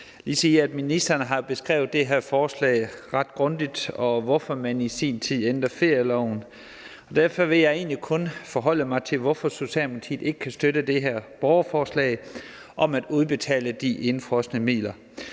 lige sige, at ministeren jo har beskrevet det her forslag ret grundigt, og hvorfor man i sin tid ændrede ferieloven, og derfor vil jeg egentlig kun forholde mig til, hvorfor Socialdemokratiet ikke kan støtte det her borgerforslag om at udbetale de indefrosne midler.